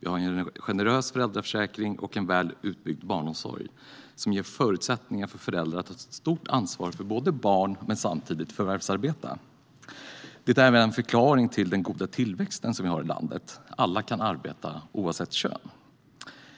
Vi har en generös föräldraförsäkring och en väl utbyggd barnomsorg som ger förutsättningar för föräldrar att ta ett stort ansvar för barn och samtidigt förvärvsarbeta. Det är även en förklaring till den goda tillväxt vi har i landet. Alla kan arbeta oavsett kön.